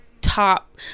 top